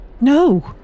No